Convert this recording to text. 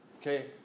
Okay